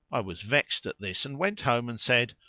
i was vexed at this and went home and said,